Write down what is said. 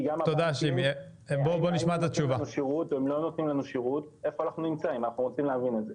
הם לא נותנים לנו שירות ואנחנו רוצים להבין איפה אנחנו נמצאים.